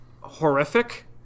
horrific